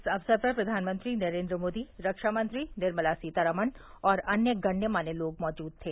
इस अवसर पर प्रधानमंत्री नरेन्द्र मोदी रक्षा मंत्री निर्मला सीतारमन और अन्य गण्यमान्य लोग मौजूद थे